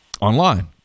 online